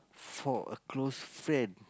for a close friend